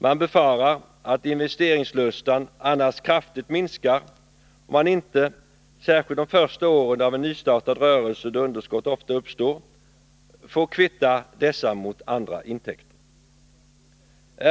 Man befarar att investeringslusten annars kraftigt minskar, om man inte särskilt de första åren av en nystartad rörelse, då underskott ofta uppstår, får kvitta dessa mot andra intäkter.